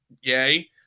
yay